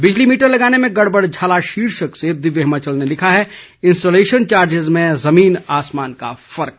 बिजली मीटर लगाने में गड़बड़झाला शीर्षक से दिव्य हिमाचल ने लिखा है इंस्टालेशन चार्जिज में जमीन आसमान का फर्क